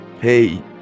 Hey